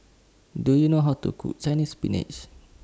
Do YOU know How to Cook Chinese Spinach